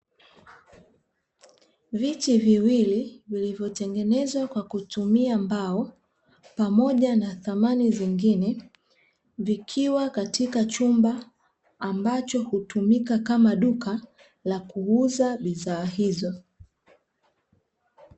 Viti viwili vilivyotengenezwa kwa kutumia mbao pamoja na samani zingine, vikiwa katika chumba ambacho hutumika kama duka la kuuza bidhaa hizo.